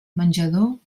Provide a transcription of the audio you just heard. menjador